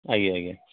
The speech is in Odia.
ଆଜ୍ଞା ଆଜ୍ଞା